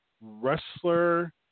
wrestler